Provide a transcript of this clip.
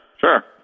sure